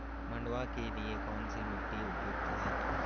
मंडुवा के लिए कौन सी मिट्टी उपयुक्त है?